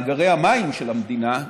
מאגרי המים של המדינה,